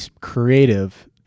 creative